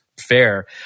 fair